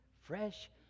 fresh